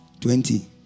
Twenty